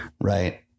Right